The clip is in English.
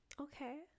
Okay